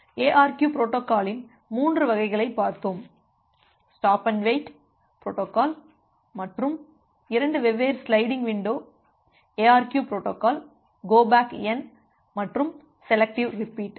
ARQ பொரோட்டோகாலின் மூன்று வகைகளை பார்த்தோம் ஸ்டாப் அண்ட் வெயிட் புரோட்டோகால் மற்றும் இரண்டு வெவ்வேறு sliding window ARQ protocol go back N மற்றும் செலெக்டிவ் ரிப்பீட்